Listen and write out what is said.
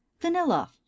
Vanilla